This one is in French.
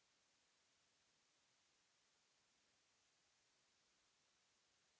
Merci